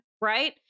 right